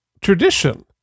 tradition